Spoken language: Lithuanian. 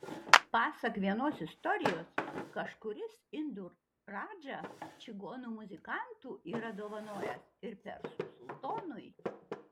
pasak vienos istorijos kažkuris indų radža čigonų muzikantų yra dovanojęs ir persų sultonui